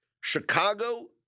Chicago